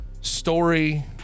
story